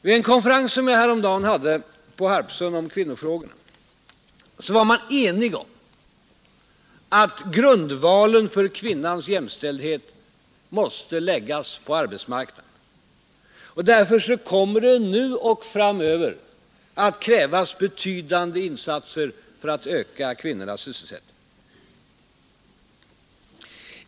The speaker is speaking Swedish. Vid en konferens som jag häromdagen hade på Harpsund om kvinnofrågorna var man enig om att grundvalen för kvinnans jämställdhet måste läggas på arbetsmarknaden. Därför kommer det nu och framöver att krävas betydande insatser för att öka kvinnornas sysselsättning.